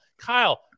kyle